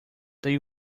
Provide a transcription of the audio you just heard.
they